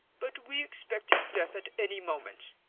but we expect his death at any moment.